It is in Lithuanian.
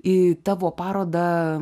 į tavo parodą